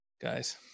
guys